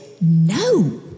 No